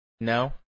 No